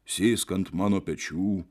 sėsk ant mano pečių